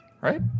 right